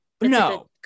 no